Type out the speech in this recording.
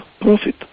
Profit